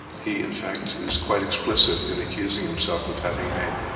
he in fact is quite explicit in accusing himself of having made,